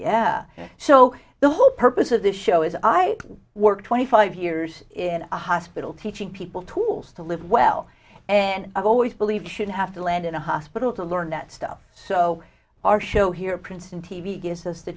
yeah so the whole purpose of the show is i work twenty five years in a hospital teaching people tools to live well and i've always believed should have to land in a hospital to learn that stuff so our show here princeton t v gives us the